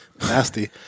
nasty